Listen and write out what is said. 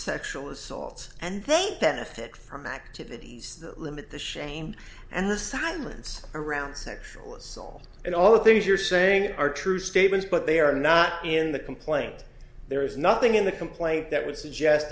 sexual assault and think benefit from activities that limit the shame and the silence around sexual assault and all the things you're saying are true statements but they are not in the complaint there is nothing in the complaint that would suggest